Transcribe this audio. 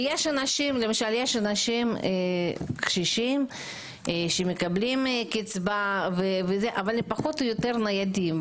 יש אנשים קשישים שמקבלים קצבה וכולי והם פחות או יותר ניידים.